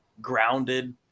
grounded